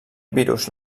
virus